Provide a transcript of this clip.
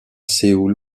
séoul